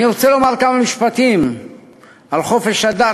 אני רוצה לומר כמה משפטים על חופש הדת,